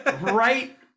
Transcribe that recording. right